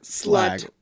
slut